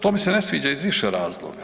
To mi se ne sviđa iz više razloga.